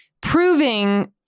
proving